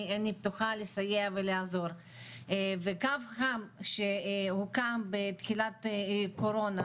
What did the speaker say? אני נותן את התרופה הנכונה ואני מתחיל את הטיפול,